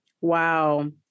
Wow